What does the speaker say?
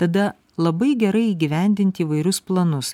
tada labai gerai įgyvendinti įvairius planus